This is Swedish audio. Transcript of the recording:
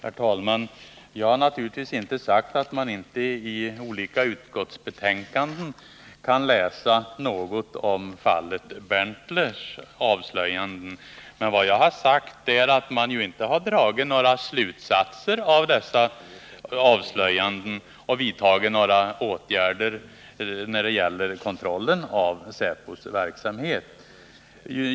Herr talman! Jag har naturligtvis inte sagt att man inte i olika utskottsbetänkanden kan läsa något om avslöjandena beträffande fallet Berntler. Vad jag har sagt är att man inte har dragit några slutsatser av dessa avslöjanden och vidtagit några åtgärder när det gäller kontrollen av säpos verksamhet.